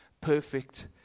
perfect